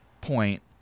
point